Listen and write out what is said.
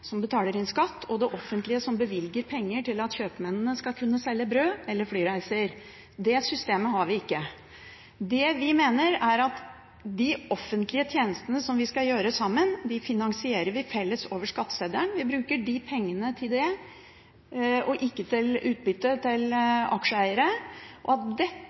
som betaler inn skatt, og det offentlige som bevilger penger til at kjøpmennene skal kunne selge brød – eller flyreiser. Det systemet har vi ikke. Det vi mener, er at de offentlige tjenestene som vi skal gjøre sammen, finansierer vi felles over skatteseddelen. Vi bruker de pengene til det, og ikke til utbytte